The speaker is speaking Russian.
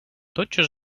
тотчас